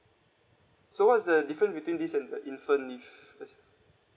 so what is the different between this and the infant leave cause